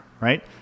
right